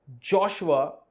Joshua